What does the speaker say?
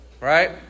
Right